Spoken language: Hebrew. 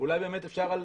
אולי באמת אפשר על